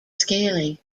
scaly